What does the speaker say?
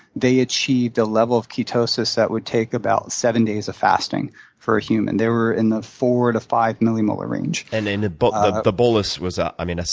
they achieved a level of ketosis that would take about seven days of fasting for a human. they were in the four to five millimolar range. and and but the bolus was, ah i mean,